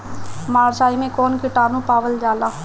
मारचाई मे कौन किटानु पावल जाला?